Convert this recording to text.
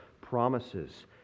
promises